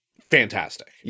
fantastic